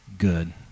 good